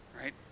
right